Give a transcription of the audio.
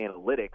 analytics